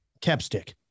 Capstick